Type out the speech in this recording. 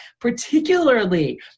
particularly